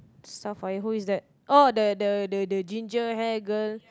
star fire who is that oh the the the ginger hair girl